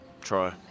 Try